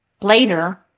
later